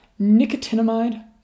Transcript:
nicotinamide